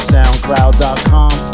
SoundCloud.com